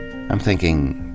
i'm thinking,